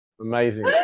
Amazing